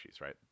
right